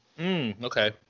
Okay